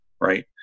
right